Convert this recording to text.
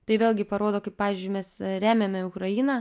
tai vėlgi parodo kai pavyzdžiui mes remiame ukrainą